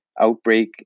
outbreak